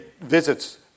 visits